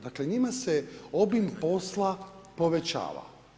Dakle njima se obim posla povećava.